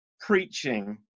preaching